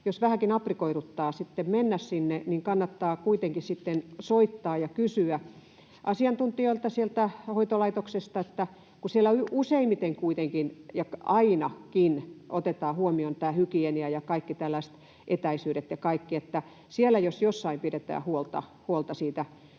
jos vähänkin aprikoiduttaa mennä sinne, niin kannattaa kuitenkin soittaa ja kysyä asiantuntijoilta sieltä hoitolaitoksesta. Kun siellä aina otetaan huomioon tämä hygienia ja kaikki tällaiset etäisyydet ja kaikki, eli siellä jos jossain pidetään huolta niistä